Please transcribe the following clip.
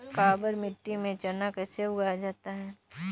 काबर मिट्टी में चना कैसे उगाया जाता है?